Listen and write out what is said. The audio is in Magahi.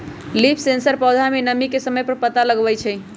लीफ सेंसर पौधा में नमी के समय पर पता लगवई छई